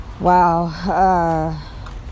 Wow